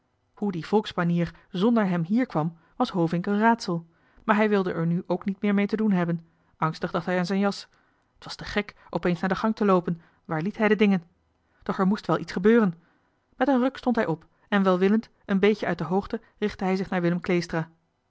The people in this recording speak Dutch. hoe die volksbanier zonder hem hier kwam was hovink een raadsel maar hij wilde er nu ook niet meer mee te doen hebben met angst dacht hij aan zijn overjas t was te gek opeens naar de gang te loopen bovendien waar liet hij de dingen doch er moest wel iets gebeuren met een ruk stond hij op en welwillend een beetje uit de hoogte richtte hij zich naar willem